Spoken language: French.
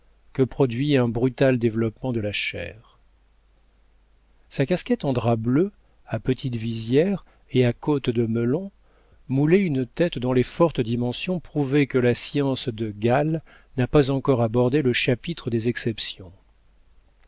que produit un brutal développement de la chair sa casquette en drap bleu à petite visière et à côtes de melon moulait une tête dont les fortes dimensions prouvaient que la science de gall n'a pas encore abordé le chapitre des exceptions